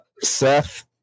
Seth